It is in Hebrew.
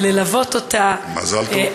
וללוות אותה, מזל טוב.